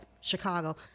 Chicago